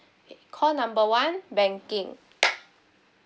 call number one banking